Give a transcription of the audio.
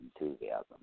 enthusiasm